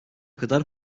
kadar